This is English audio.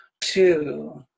two